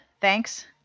Thanks